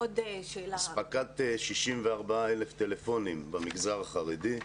אספקת 64,000 טלפונים במגזר החרדי.